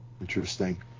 Interesting